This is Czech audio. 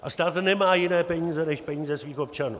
A stát nemá jiné peníze než peníze svých občanů.